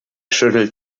schüttelt